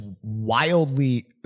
wildly